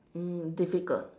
um difficult